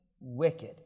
wicked